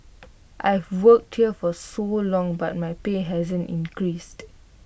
I've worked here for so long but my pay hasn't increased